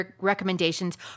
recommendations